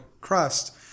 crust